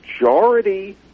majority